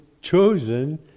chosen